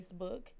Facebook